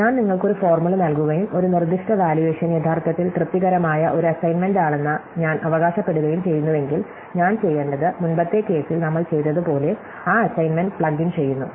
അതിനാൽ ഞാൻ നിങ്ങൾക്ക് ഒരു ഫോർമുല നൽകുകയും ഒരു നിർദ്ദിഷ്ട വാല്യുവേഷൻ യഥാർത്ഥത്തിൽ തൃപ്തികരമായ ഒരു അസൈൻമെന്റാണെന്ന് ഞാൻ അവകാശപ്പെടുകയും ചെയ്യുന്നുവെങ്കിൽ ഞാൻ ചെയ്യേണ്ടത് മുമ്പത്തെ കേസിൽ നമ്മൾ ചെയ്തതുപോലെ ഞാൻ ആ അസൈൻമെന്റ് പ്ലഗ് ഇൻ ചെയ്യുന്നു